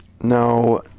No